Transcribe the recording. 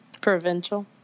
provincial